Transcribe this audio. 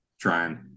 trying